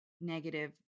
negative